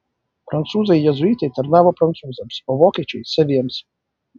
prancūzai jėzuitai tarnavo prancūzams o vokiečiai saviems